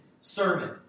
sermon